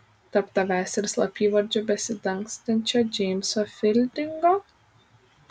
tarp tavęs ir slapyvardžiu besidangstančio džeimso fildingo